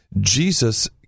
Jesus